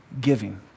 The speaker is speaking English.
giving